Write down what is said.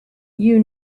you